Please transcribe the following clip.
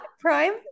Prime